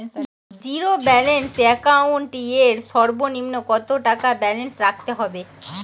Zero balance account এর সর্বনিম্ন কত টাকা ব্যালেন্স রাখতে হবে?